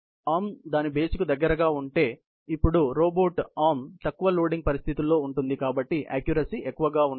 చేయి దాని బేస్ కి దగ్గరగా ఉంటే ఎందుకంటే ఇప్పుడు రోబోట్ మోచేయి తక్కువ లోడింగ్ పరిస్థితి లో ఉంటుంది కాబట్టి ఆక్క్యురసీ ఎక్కువగా ఉంటుంది